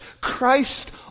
Christ